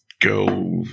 go